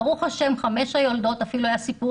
ברוך השם חמש היולדות ילדו,